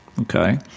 okay